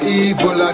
evil